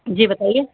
जी बताईए